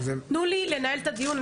תנו לי לנהל את הדיון.